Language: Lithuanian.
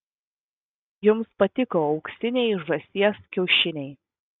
jums patiko auksiniai žąsies kiaušiniai